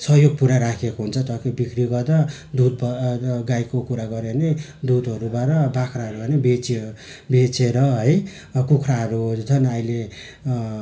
सहयोग पुर्याइरहेको हुन्छ ताकि बिक्री गर्दा दुध गाईको कुरा गर्यो भने दुधहरूबाट बाख्राहरू हो भने बेच्यो बेचेर है कुखुराहरू झन् अहिले